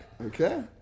Okay